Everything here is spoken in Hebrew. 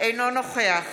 אינו נוכח